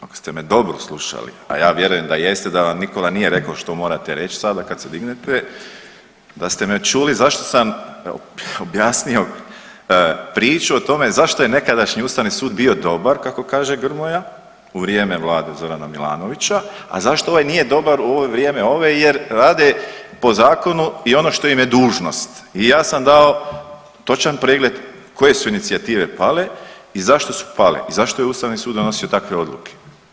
Ako ste me dobro slušali, a ja vjerujem da jeste, da vam Nikola nije rekao što morate reći sada kad se dignete da ste me čuli zašto sam objasnio priču o tome zašto je nekadašnji Ustavni sud bio dobar kako kaže Grmoja, u vrijeme Vlade Zorana Milanovića, a zašto ovaj nije dobar u ovo vrijeme ove jer rade po zakonu i ono što im je dužnost i ja sam dao točan pregled koje su inicijative pale i zašto su pale i zašto je Ustavni sud donosio takve odluke.